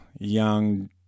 young